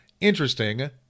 interesting